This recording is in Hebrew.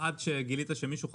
עד שגילית שמישהו חולה,